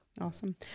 Awesome